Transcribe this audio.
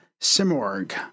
Simorg